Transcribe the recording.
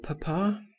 papa